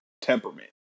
temperament